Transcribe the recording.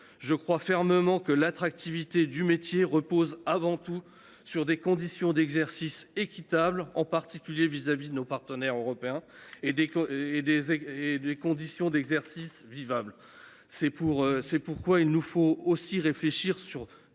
Je pense fermement que l’attractivité du métier repose avant tout sur des conditions d’exercice équitables, par rapport à nos partenaires européens en particulier, et des conditions d’exercice vivables. C’est pourquoi il nous faut aussi réfléchir à